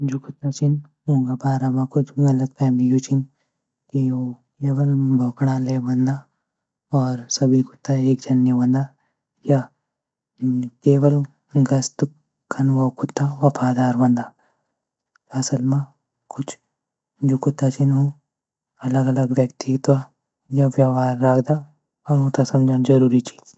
जो कुत्ता छन उनके बारे मे कुछ ग़लतफ़हमी यु छण की वो केवल भौंकना ले होंद और सभी कुत्ता एक जैन नि होंद. या केवल गैसट करना वाला कुत्ता वफादार होंद. असल मे कुछ जो कुत्ता छन वो अलग अलग व्यक्तित्वो और व्यवहार राख्दा और वो समजनु जरुरी छ.